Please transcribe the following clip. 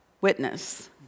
Witness